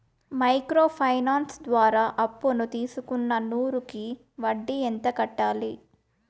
Micro finance ద్వారా అప్పును తీసుకున్న నూరు కి వడ్డీ ఎంత కట్టాలి?